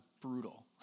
brutal